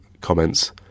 comments